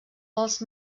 dels